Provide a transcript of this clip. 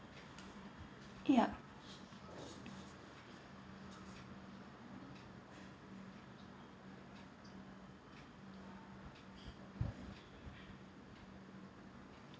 yup